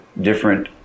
different